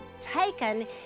taken